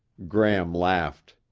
gram laughed.